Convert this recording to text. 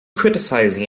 criticizing